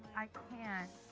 i can't.